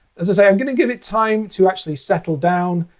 as i say, i'm going to give it time to actually settle down.